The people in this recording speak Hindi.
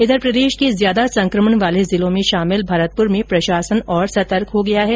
इधर प्रदेश के ज्यादा संकमण वाले जिलों में शामिल भरतपुर में प्रशासन और सतर्क हो गया है